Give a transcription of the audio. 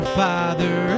father